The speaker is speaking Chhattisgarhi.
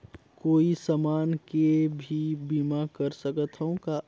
कोई समान के भी बीमा कर सकथव का?